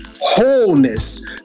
wholeness